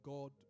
God